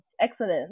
Excellent